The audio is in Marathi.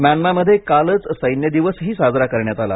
म्यानमामध्ये कालच सैन्य दिवसही साजरा करण्यात आला